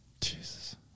Jesus